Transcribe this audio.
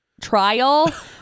trial